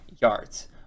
yards